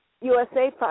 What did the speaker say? USA